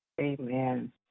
Amen